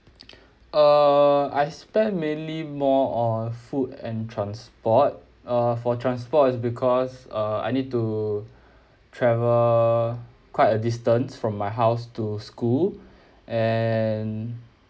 err I spend mainly more on food and transport uh for transport is because uh I need to travel quite a distance from my house to school and